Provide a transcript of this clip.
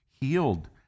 healed